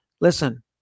Listen